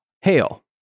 Hail